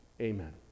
Amen